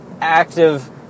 active